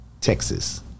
Texas